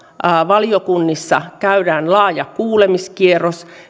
valiokunnissa käydään laaja kuulemiskierros